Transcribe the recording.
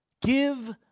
Give